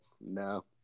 no